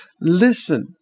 listen